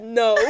no